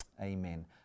amen